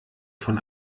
von